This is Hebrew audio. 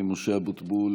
משה אבוטבול,